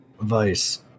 vice